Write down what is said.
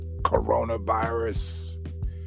coronavirus